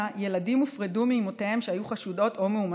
יילודים הופרדו מאימותיהם שהיו חשודות או מאומתות.